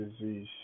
disease